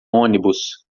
ônibus